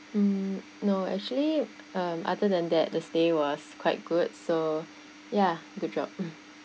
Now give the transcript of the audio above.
um no actually um other than that the stay was quite good so ya good job mm